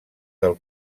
del